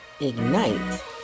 ignite